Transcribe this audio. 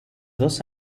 dos